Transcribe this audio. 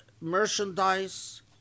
merchandise